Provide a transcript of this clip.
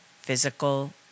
physical